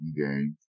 game